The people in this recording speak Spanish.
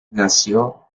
nació